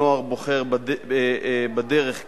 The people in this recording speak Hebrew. הנוער בוחר בדרך כערך,